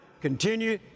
continue